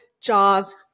jaws